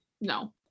No